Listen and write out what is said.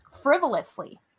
frivolously